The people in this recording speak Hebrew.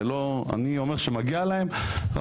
אני אומר שמגיע להם,